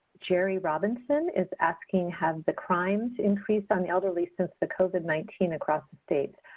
jerry robinson is asking, have the crimes increased on the elderly since the covid nineteen across the state?